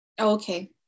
okay